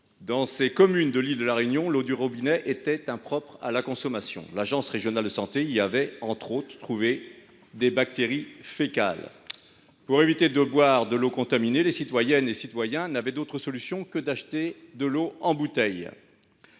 Saint Antoine et Les Avirons, l’eau du robinet était impropre à la consommation. L’agence régionale de santé y avait trouvé, entre autres, des bactéries fécales. Pour éviter de boire de l’eau contaminée, les citoyennes et les citoyens n’avaient d’autre solution que d’acheter de l’eau en bouteille